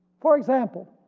for example,